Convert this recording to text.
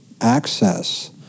access